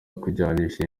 kujyanisha